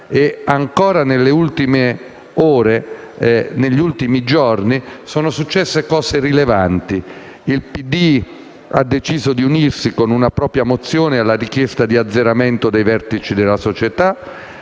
ancora nelle ultime ore e giorni sono successe cose rilevanti: il PD ha deciso di unirsi con una propria mozione alla richiesta di azzeramento dei vertici della società.